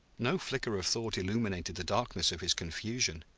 no flicker of thought illuminated the darkness of his confusion.